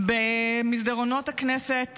במסדרונות הכנסת